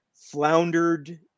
floundered